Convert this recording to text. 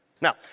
Now